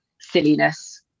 silliness